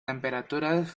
temperaturas